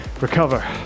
recover